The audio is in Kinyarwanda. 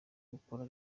gukora